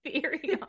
theory